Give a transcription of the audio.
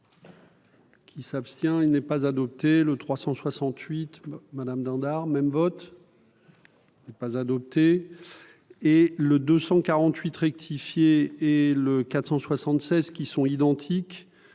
Qui s'abstient, il n'est pas adopté le 368 Madame Dindar même vote n'est pas adopté et le 248 rectifié et le 476 qui sont identiques,